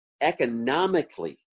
economically